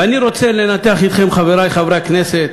ואני רוצה לנתח אתכם, חברי חברי הכנסת,